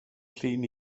llun